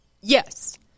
yes